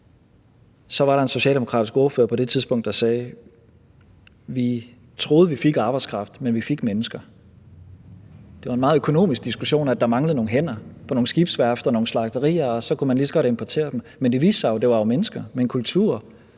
så var der en socialdemokratisk ordfører på det tidspunkt, der sagde: Vi troede, vi fik arbejdskraft, men vi fik mennesker. Det var en meget økonomisk diskussion af, at der manglede nogle hænder på nogle skibsværfter og nogle slagterier, og så kunne man lige så godt importere dem. Men det viste sig jo, at det var mennesker med en kultur,